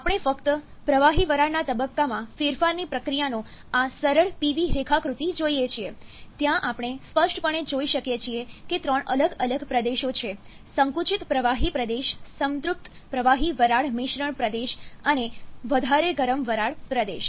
આપણે ફક્ત પ્રવાહી વરાળના તબક્કામાં ફેરફારની પ્રક્રિયાનો આ સરળ Pv રેખાકૃતિ જોઈએ છીએ ત્યાં આપણે સ્પષ્ટપણે જોઈ શકીએ છીએ કે ત્રણ અલગ અલગ પ્રદેશો છે સંકુચિત પ્રવાહી પ્રદેશ સંતૃપ્ત પ્રવાહી વરાળ મિશ્રણ પ્રદેશ અને વધારેગરમ વરાળ પ્રદેશ